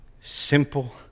simple